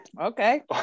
Okay